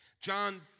John